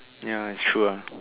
ya it's true ah